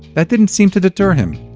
that didn't seem to deter him.